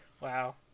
Wow